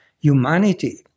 humanity